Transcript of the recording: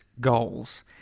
goals